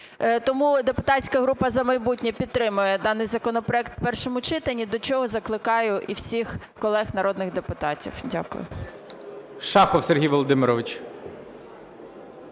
Тому депутатська група "За майбутнє" підтримає даний законопроект в першому читанні, до чого закликаю і всіх колег народних депутатів. Дякую.